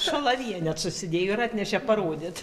šalaviją net susidėjo ir atnešė parodyt